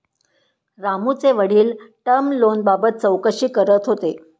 रामूचे वडील टर्म लोनबाबत चौकशी करत होते